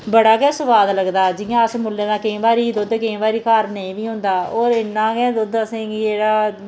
बड़ा गै सुआद लगदा जि'यां अस मुल्लै दा केई बारी दुध्द केईं बारी घर नेई बी होंदा और इन्ना गै दुद्ध असें गी जेह्ड़ा